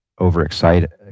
overexcited